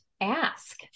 ask